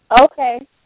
Okay